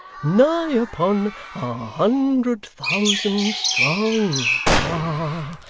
nigh upon a hundred thousand strong. ah!